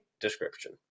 description